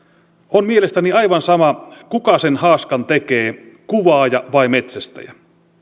on mielestäni aivan sama kuka sen haaskan tekee kuvaaja vai metsästäjä